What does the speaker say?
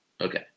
Okay